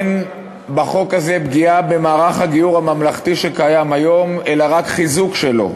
אין בחוק הזה פגיעה במערך הגיור הממלכתי שקיים היום אלא רק חיזוק שלו.